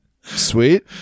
Sweet